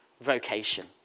vocation